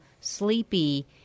sleepy